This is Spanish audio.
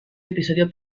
episodio